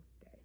day